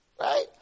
right